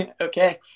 Okay